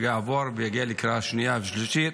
ויעבור ויגיע לקריאה שנייה ושלישית,